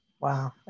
wow